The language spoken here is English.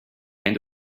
end